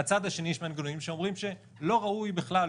הצד השני יש מנגנונים שאומרים שלא ראוי בכלל,